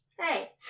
Hey